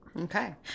Okay